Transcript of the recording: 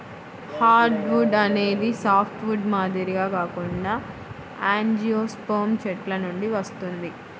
hardwood అనేది softwood మాదిరిగా కాకుండా యాంజియోస్పెర్మ్ చెట్ల నుండి వస్తుంది